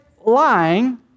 lying